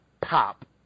pop